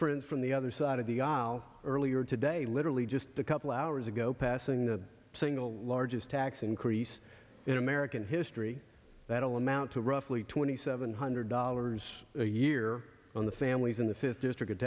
friend from the other side of the aisle earlier today literally just a couple hours ago passing the single largest tax increase in american history that will amount to roughly twenty seven hundred dollars a year on the families in the fifth district in